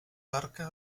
barca